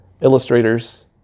illustrators